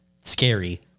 scary